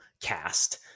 cast